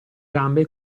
gambe